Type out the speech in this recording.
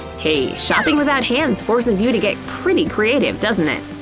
hey, shopping without hands forces you to get pretty creative, doesn't it?